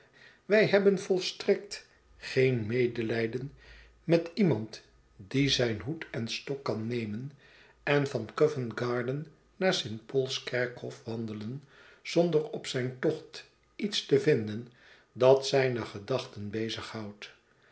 wij hebben volstrekt geen medelijden met iemand die zijn hoed en stok kan nemen en van covent carden naar st paulskerkhof wandelen zonder op zijn tocht iets te vinden dat zijne gedachten bezighoudt